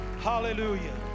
Hallelujah